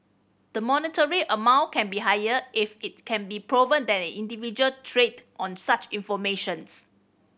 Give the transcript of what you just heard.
the monetary amount can be higher if it can be proven that an individual trade on such informations